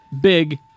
big